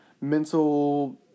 mental